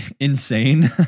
insane